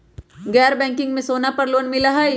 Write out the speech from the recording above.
गैर बैंकिंग में सोना पर लोन मिलहई?